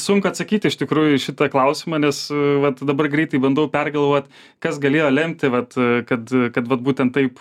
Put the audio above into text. sunku atsakyti iš tikrųjų į šitą klausimą nes vat dabar greitai bandau pergalvot kas galėjo lemti vat kad kad vat būtent taip